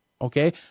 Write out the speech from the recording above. okay